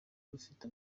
rufite